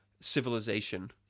civilization